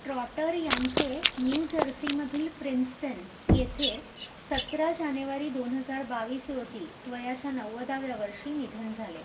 trotter यांचे न्यूजर्सीमधील Princeton येथे सतरा जानेवारी दोन हजार बावीस रोजी वयाच्या नव्वदाव्या वर्षी निधन झाले